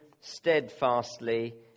steadfastly